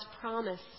promise